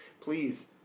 please